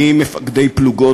מפקדי פלוגות,